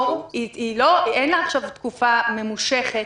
אין לה עכשיו תקופה ממושכת,